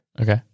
Okay